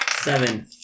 Seven